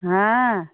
হ্যাঁ